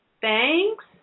thanks